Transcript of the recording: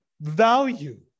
value